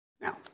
Now